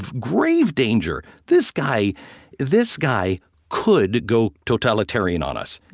ah grave danger. this guy this guy could go totalitarian on us.